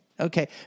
Okay